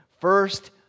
First